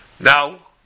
now